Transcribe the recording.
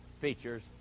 features